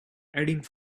adding